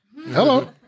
Hello